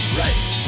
right